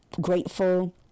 grateful